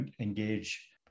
engage